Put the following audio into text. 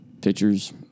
pitchers